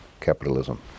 capitalism